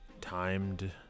Timed